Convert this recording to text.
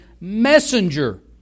messenger